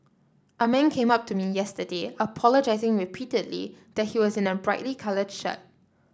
a man came up to me yesterday apologising repeatedly that he was in a brightly coloured shirt